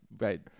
right